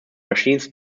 machines